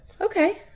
Okay